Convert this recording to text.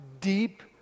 deep